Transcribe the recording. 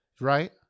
Right